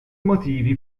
motivi